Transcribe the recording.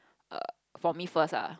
err for me first lah